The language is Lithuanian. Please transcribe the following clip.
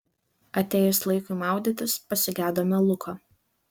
atėjus laikui maudytis pasigedome luko